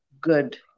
good